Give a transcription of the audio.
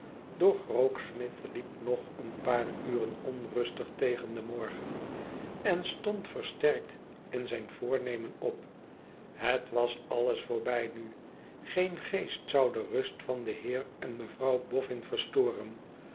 doch rokesmith sliep nog een paar uren onrustig tegen den morgen en stond versterkt in zijn voornemen op het was alles voorbij nu geen geest zou de rust van den heer en mevrouw bofün verstoren